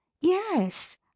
yes